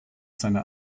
seiner